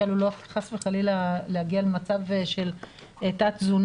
שעלולות חס וחלילה להגיע למצב של תת-תזונה.